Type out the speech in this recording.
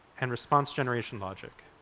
and response generation logic.